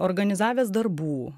organizavęs darbų